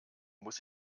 muss